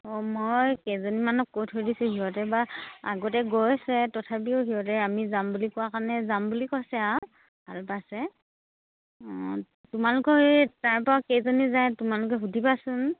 অঁ মই কেইজনীমানক কৈ থৈ দিছোঁ সিহঁতে বা আগতে গৈ আছে তথাপিও সিহঁতে আমি যাম বুলি কোৱা কাৰণে যাম বুলি কৈছে আৰু ভাল পাইছে অঁ তোমালোকৰ হে তাৰপৰা কেইজনী যায় তোমালোকে সুধিবাচোন